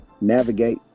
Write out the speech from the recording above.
navigate